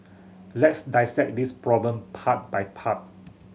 let's dissect this problem part by part